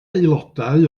aelodau